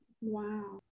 wow